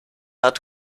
hat